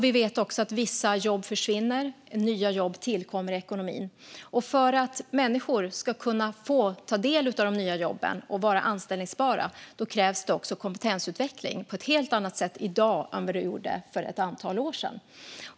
Vi vet också att vissa jobb försvinner och att nya jobb tillkommer i ekonomin. För att människor ska få ta del av de nya jobben och vara anställbara krävs också kompetensutveckling på ett helt annat sätt i dag än för ett antal år sedan.